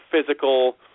physical